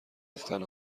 ریختن